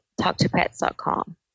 talktopets.com